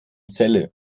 celle